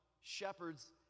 shepherds